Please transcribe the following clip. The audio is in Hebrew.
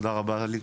תודה רבה עלי.